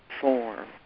form